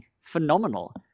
Phenomenal